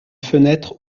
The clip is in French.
fenêtre